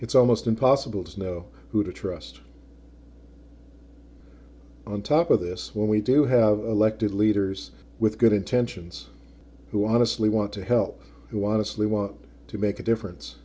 it's almost impossible to know who to trust on top of this when we do have elected leaders with good intentions who honestly want to help who want to slee want to make a difference